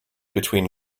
between